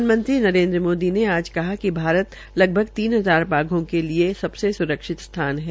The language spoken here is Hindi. प्रधानमंत्री नरेन्द्र मोदी ने आज कहा कि भारत लगभग तीन हजार बाघों के लिये सबसे स्रक्षित स्थान है